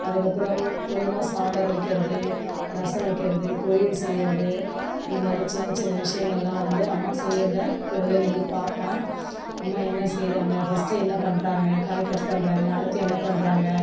அதுக்கு அப்புறம் கொஞ்சமாக சாம்பார் வைக்கிறது ரசம் வைக்கிறது பொரியல் செய்யறது இந்தமாதிரி சின்ன சின்ன விஷயங்கள்லா வந்து அம்மா செய்யறத கூடவே நின்று பார்ப்பேன் அம்மா என்ன செய்யறாங்க ஃபர்ஸ்ட் என்ன பண்ணறாங்க காய் கட் பண்ணறாங்க அடுத்து என்ன பண்ணறாங்க